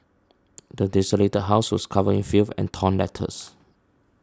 the desolated house was covered in filth and torn letters